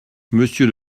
monsieur